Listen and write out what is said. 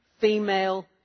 female